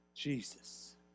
Jesus